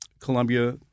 Columbia